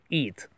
eat